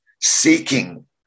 seeking